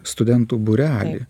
studentų būrelį